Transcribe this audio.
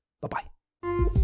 bye-bye